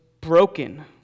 broken